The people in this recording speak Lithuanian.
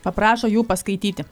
paprašo jų paskaityti